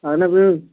اَہَن حظ